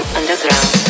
underground